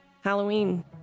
Halloween